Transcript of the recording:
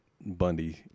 Bundy